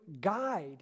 guide